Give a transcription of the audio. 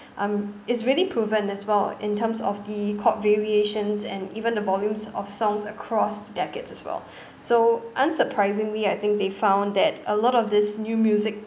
um it's really proven as well in terms of the pop variations and even the volumes of songs across decades as well so unsurprisingly I think they found that a lot of this new music